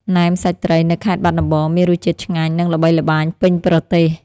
ណែមសាច់ត្រីនៅខេត្តបាត់ដំបង មានរសជាតិឆ្ងាញ់ និងល្បីល្បាញពេញប្រទេស។